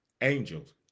angels